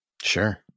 Sure